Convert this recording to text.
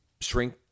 shrink